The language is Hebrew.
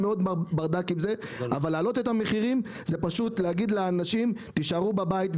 אבל להעלות את המחירים זה פשוט להגיד לאנשים להישאר בבית.